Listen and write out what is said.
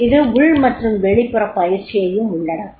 இது உள் மற்றும் வெளிப்புறப் பயிற்சியையும் உள்ளடக்கும்